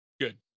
Good